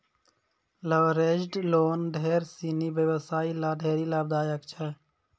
leveraged loan ढेर सिनी व्यवसायी ल ढेरी लाभदायक छै